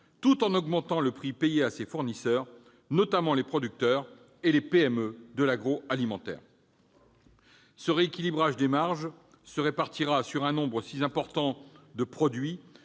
tout en augmentant le prix payé à ses fournisseurs, notamment les producteurs et les PME de l'agroalimentaire. Ce rééquilibrage des marges se répartira sur un nombre si important de produits